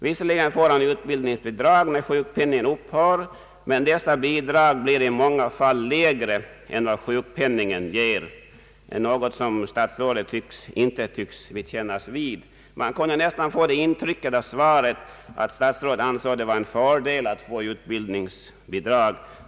Visserligen får han utbildningsbidrag när sjukpenningen upphör, men dessa bidrag blir i många fall lägre än vad sjukpenningen ger, något som statsrådet tydligen inte vill kännas vid. Man kunde nästan få det intrycket av svaret att statsrådet ansåg det vara en fördel att få utbildningsbidrag.